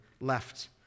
left